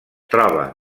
troba